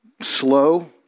slow